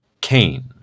Cain